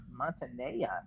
Montanea